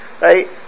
Right